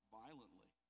violently